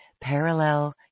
parallel